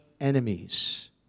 enemies